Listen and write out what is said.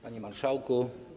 Panie Marszałku!